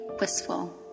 wistful